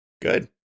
Good